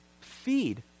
feed